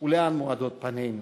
ולאן מועדות פנינו,